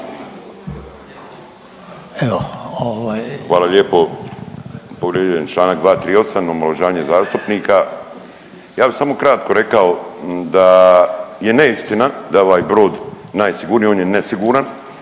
Hvala lijepo. Povrijeđen je čl. 238, omalovažavanje zastupnika. Ja bih samo kratko rekao da je neistina da je ovaj brod najsigurniji, on je nesiguran,